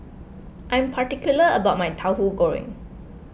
I'm particular about my Tauhu Goreng